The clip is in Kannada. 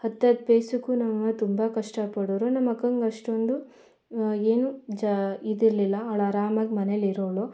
ಹತ್ತತ್ತು ಪೈಸೆಗೂ ನಮ್ಮಮ್ಮ ತುಂಬ ಕಷ್ಟ ಪಡೋರು ನಮ್ಮಕ್ಕಂಗೆ ಅಷ್ಟೊಂದು ಏನು ಜಾ ಇದಿರಲಿಲ್ಲ ಅವ್ಳು ಆರಾಮಾಗಿ ಮನೆಯಲ್ಲಿರೋಳು